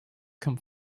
come